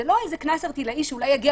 זה לא איזה קנס ערטילאי שאולי יגיע